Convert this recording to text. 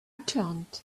turned